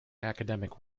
academic